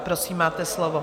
Prosím, máte slovo.